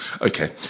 Okay